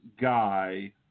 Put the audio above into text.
guy